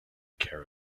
care